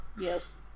Yes